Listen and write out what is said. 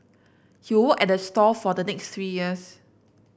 he work at the store for the next three years